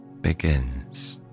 begins